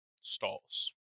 stalls